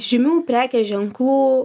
žymių prekės ženklų